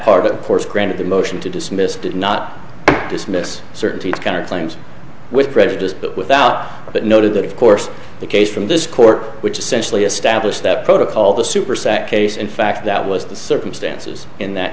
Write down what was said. part of course granted the motion to dismiss did not dismiss certainties counterclaims with prejudice but without it noted that of course the case from this court which essentially established that protocol the super sat case in fact that was the circumstances in that